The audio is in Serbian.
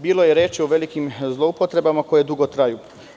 Bilo je reči o velikim zloupotrebama koje dugo traju.